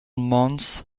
months